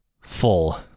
full